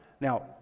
Now